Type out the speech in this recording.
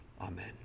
Amen